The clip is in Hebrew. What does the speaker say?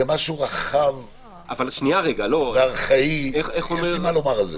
זה משהו רחב וארכאי, יש לי מה לומר על זה.